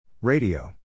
Radio